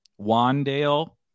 Wandale